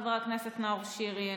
חבר הכנסת נאור שירי,